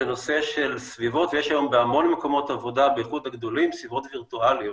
יש היום בהמון מקומות עבודה בייחוד בגדולים סביבות וירטואליות